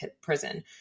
Prison